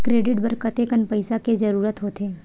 Credit बर कतेकन पईसा के जरूरत होथे?